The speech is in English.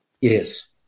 Yes